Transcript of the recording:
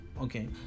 okay